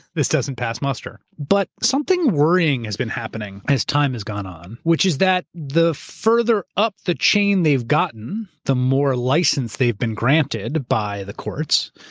this doesn't pass muster. but something worrying has been happening as time has gone on, which is that the further up the chain they've gotten, the more license they've been granted by the courts,